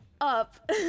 up